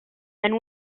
and